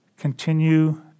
Continue